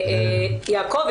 יעקב,